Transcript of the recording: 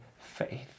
faith